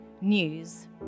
news